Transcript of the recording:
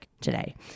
today